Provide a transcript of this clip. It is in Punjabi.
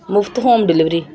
ਮੁਫ਼ਤ ਹੋਮ ਡਿਲੀਵਰੀ